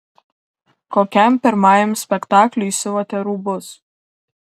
kokiam pirmajam spektakliui siuvote rūbus